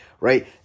right